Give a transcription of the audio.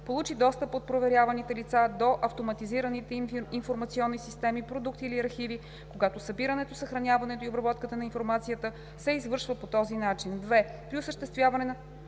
получи достъп от проверяваните лица до автоматизираните им информационни системи, продукти или архиви, когато събирането, съхраняването и обработката на информацията се извършва по този начин.